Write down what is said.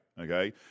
Okay